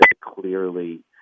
clearly